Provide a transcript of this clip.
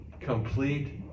complete